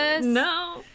No